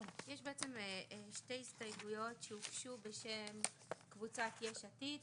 יש בעצם שתי הסתייגויות שהוצגו בשם קבוצת יש עתיד,